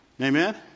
Amen